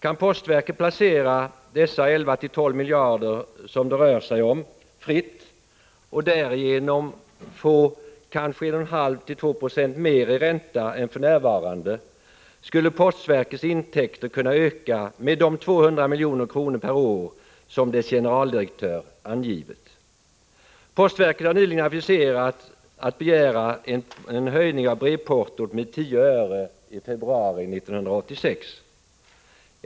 Kan postverket placera de 11-12 miljarder fritt som det här rör sig om och därigenom få kanske 1,5—-2 96 mer i ränta än för närvarande skulle postverkets intäkter kunna öka med de 200 milj.kr. per år som dess generaldirektör har angett. Postverket har nyligen aviserat att man skall begära en höjning av brevportot med 10 öre i februari 1986.